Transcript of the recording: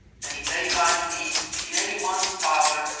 and, if they find thee in any one's power,